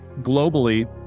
globally